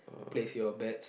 place your bets